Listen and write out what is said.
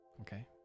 Okay